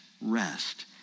rest